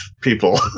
people